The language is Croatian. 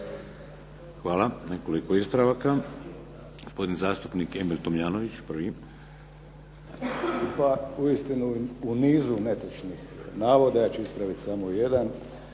Hvala. Nekoliko ispravaka. Gospodin zastupnik Emil Tomljanović, prvi. **Tomljanović, Emil (HDZ)** Pa uistinu u nizu netočnih navoda, ja ću ispraviti samo jedan,